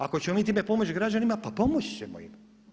Ako ćemo mi time pomoći građanima pa pomoći ćemo im.